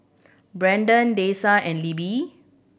Brendan Dessa and Libby